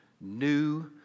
new